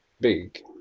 big